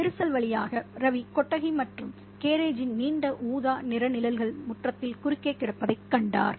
விரிசல் வழியாக ரவி கொட்டகை மற்றும் கேரேஜின் நீண்ட ஊதா நிற நிழல்கள் முற்றத்தில் குறுக்கே கிடப்பதைக் கண்டார்